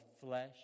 flesh